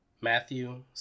Matthew